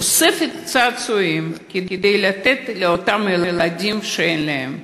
אני אוספת צעצועים כדי לתת לאותם ילדים שאין להם.